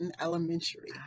Elementary